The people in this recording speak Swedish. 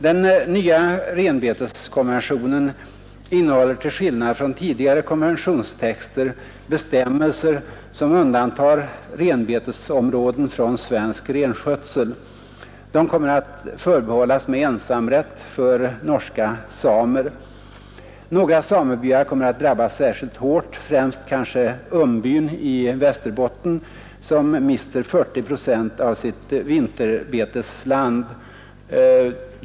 Den nya renbeteskonventionen innehåller till skillnad från tidigare konventionstexter bestämmelser som undantar renbetesområden från svensk renskötsel. De kommer att förbehållas med ensamrätt för norska samer. Några samebyar kommer att drabbas särskilt hårt, främst kanske Umbyn i Västerbotten, som mister 40 procent av sitt vinterbetesland.